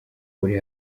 uri